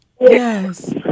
Yes